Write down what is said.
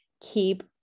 Keep